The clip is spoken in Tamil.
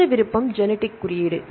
மற்றொரு விருப்பம் ஜெனிடிக் குறியீடு